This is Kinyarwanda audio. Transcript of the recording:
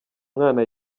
mwana